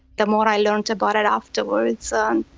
the more i learned about it afterwards, um